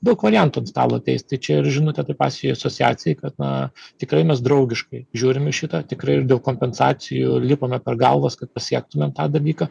daug variantų ant stalo ateis tai čia ir žinutę tai pačiai asociacijai kad na tikrai mes draugiškai žiūrim į šitą tikrai ir dėl kompensacijų lipame per galvas kad pasiektumėm tą dalyką